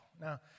Now